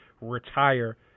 retire